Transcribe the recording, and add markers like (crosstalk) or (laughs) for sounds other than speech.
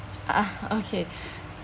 ah (laughs) okay